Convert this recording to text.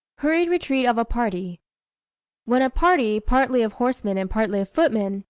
hurried retreat of a party when a party, partly of horsemen and partly of footmen,